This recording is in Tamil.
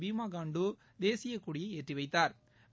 பீமா காண்டு தேசியக்கொடியை ஏற்றி வைத்தாா்